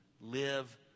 live